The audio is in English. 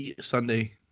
Sunday